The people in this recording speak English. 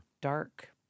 dark